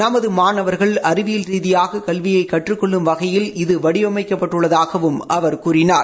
நமது மாணவர்கள் அறிவியல் ரீதியாக கல்வியை கற்றுக் கொள்ளும் வகையில் இவ வடிவமைக்கப்பட்டுள்ளதாகவும் அவர் கூறினார்